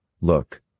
Look